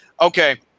Okay